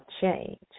change